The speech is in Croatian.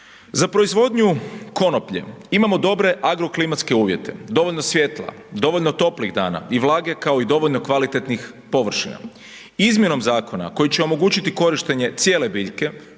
Za proizvodnju konoplje imamo dobre .../nerazumljivo/... uvjete, dovoljno svjetla, dovoljno toplih dana i vlage kao i dovoljno kvalitetnih površina. Izmjenom zakona koji će omogućiti korištenje cijele biljke